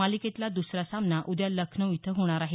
मालिकेतला दसरा सामना उद्या लखनौ इथं होणार आहे